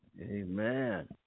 Amen